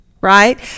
right